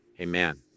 Amen